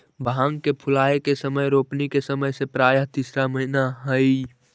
भांग के फूलाए के समय रोपनी के समय से प्रायः तीसरा महीना हई